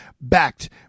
backed